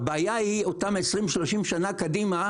הבעיה היא אותם 30,20 שנה קדימה,